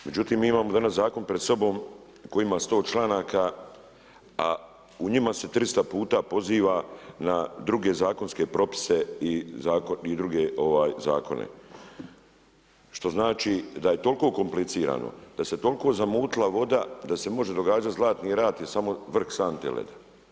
Međutim, mi imamo danas zakon pred sobom koji ima 100 članaka a u njima se 300 puta poziva na druge zakonske propise i druge zakone što znači da je toliko komplicirano, da se toliko zamutila voda da se može događati Zlatni rat, je samo vrh sante leda.